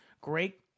great